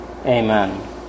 amen